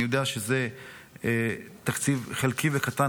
אני יודע שזה תקציב חלקי וקטן,